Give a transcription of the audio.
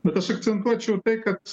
bet aš akcentuočiau tai kad